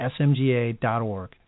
smga.org